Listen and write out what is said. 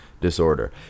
disorder